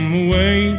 away